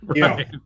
Right